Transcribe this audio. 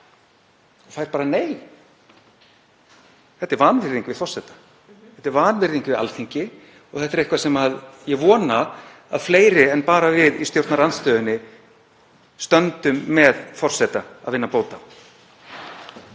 og fengið bara nei. Þetta er vanvirðing við forseta, þetta er vanvirðing við Alþingi og þetta er eitthvað sem ég vona að fleiri en bara við í stjórnarandstöðunni stöndum með forseta að vinna bót